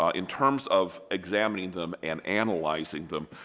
ah in terms of examining them and analyzing them